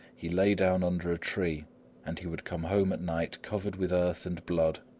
he lay down under a tree and he would come home at night covered with earth and blood,